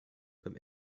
beim